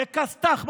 בכסת"ח,